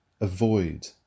avoid